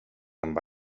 amb